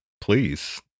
please